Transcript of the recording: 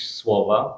słowa